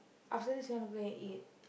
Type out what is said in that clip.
after this you want to go and eat